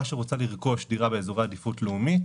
שרוצה לרכוש דירה באזורי עדיפות לאומית,